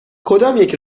کدامیک